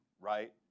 right